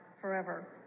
forever